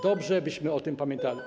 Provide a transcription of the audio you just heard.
Dobrze, byśmy o tym pamiętali.